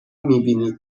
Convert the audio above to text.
میبینید